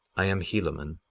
i am helaman,